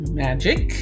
magic